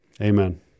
Amen